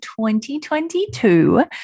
2022